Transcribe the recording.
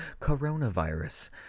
coronavirus